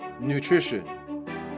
Nutrition